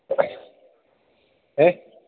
A